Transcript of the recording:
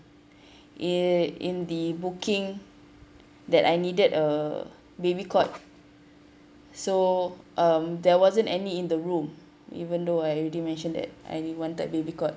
in in the booking that I needed a baby cot so um there wasn't any in the room even though I already mentioned that I need one that baby cot